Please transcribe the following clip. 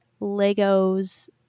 Legos